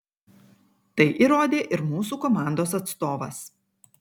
tai įrodė ir mūsų komandos atstovas